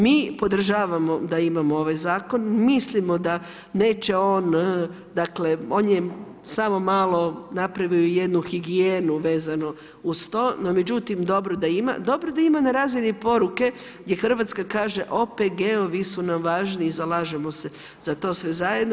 Mi podržavamo da imamo ovaj zakon, mislimo da neće on dakle on je samo malo napravio jednu higijenu vezno uz to no međutim dobro da ima, dobro da ima na razini poruke gdje Hrvatska kaže OPG-ovi su nam važni i zalažemo se za to sve zajedno.